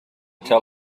tell